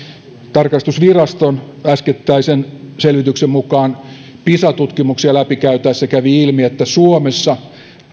tarkastusviraston äskettäisen selvityksen mukaan pisa tutkimuksia läpi käytäessä kävi ilmi että suomessa